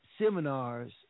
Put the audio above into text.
seminars